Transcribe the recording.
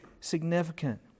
significant